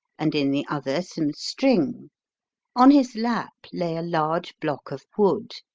and in the other some string on his lap lay a large block of wood.